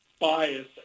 bias